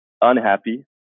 unhappy